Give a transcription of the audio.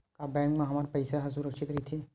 का बैंक म हमर पईसा ह सुरक्षित राइथे?